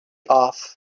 off